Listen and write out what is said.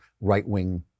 right-wing